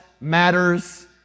matters